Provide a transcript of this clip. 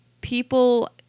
people